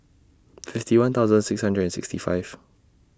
fifty one thousand six hundred and sixty five